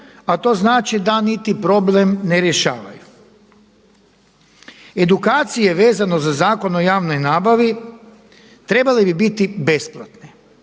a to znači da niti problem ne rješavaju. Edukacije vezano za Zakon o javnoj nabavi trebale bi biti besplatne,